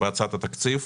בהצעת התקציב.